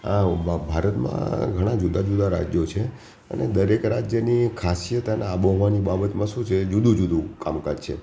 આ યુગમાં ભારતમાં ઘણાં જુદાં જુદાં રાજ્યો છે અને દરેક રાજ્યોની ખાસયિત અને આબોહવાની બાબતમાં શું છે જુદું જુદું કામકાજ છે